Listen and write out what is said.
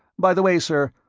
by the way, sir,